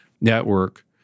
network